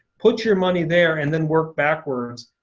put your money there and then work backwards.